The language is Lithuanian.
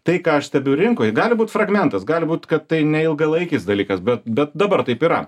tai ką aš stebiu rinkoje gali būt fragmentas gali būt kad tai neilgalaikis dalykas bet bet dabar taip yra